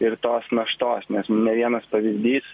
ir tos naštos nes ne vienas pavyzdys